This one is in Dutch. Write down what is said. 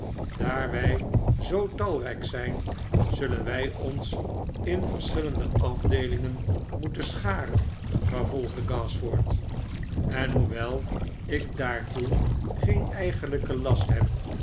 wij zoo talnjk zijn zullen wij ons in verschillende afdeelingen moeten scharen vervolgde gashford sen hoewel ik daartoe geen eigenhjken last heb